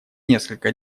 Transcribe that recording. несколько